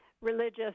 religious